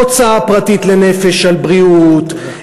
הוצאה פרטית לנפש על בריאות,